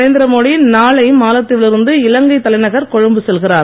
நரேந்திரமோடி நாளை மாலத்தீவில் இருந்து இலங்கை தலைநகர் கொழும்பு செல்கிறார்